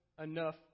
enough